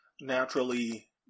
naturally